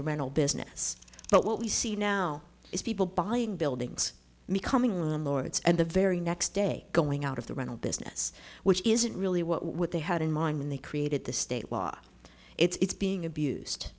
the rental business but what we see now is people buying buildings becoming landlords and the very next day going out of the rental business which isn't really what they had in mind when they created the state law it's being abused